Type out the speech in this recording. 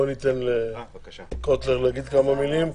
בוא ניתן לחברת הכנסת קוטלר להגיד כמה מילים,